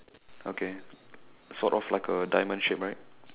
okay sort of like a diamond shaped right